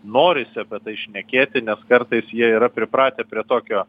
norisi apie tai šnekėti nes kartais jie yra pripratę prie tokio